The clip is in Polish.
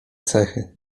cechy